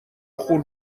خون